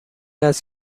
است